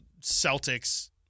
Celtics